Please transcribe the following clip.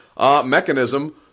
mechanism